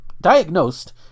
diagnosed